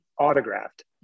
Autographed